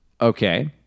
Okay